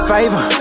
Favor